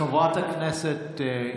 חברת הכנסת,